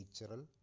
natural